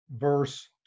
verse